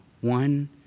one